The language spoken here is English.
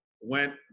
went